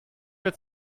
mehr